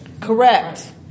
Correct